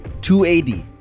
280